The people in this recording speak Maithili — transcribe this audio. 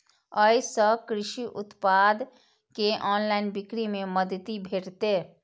अय सं कृषि उत्पाद के ऑनलाइन बिक्री मे मदति भेटतै